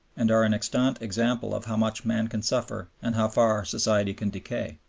and are an extant example of how much man can suffer and how far society can decay.